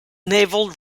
naval